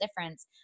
difference